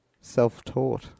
Self-taught